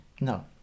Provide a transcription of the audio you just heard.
No